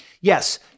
yes